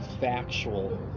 factual